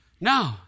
No